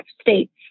states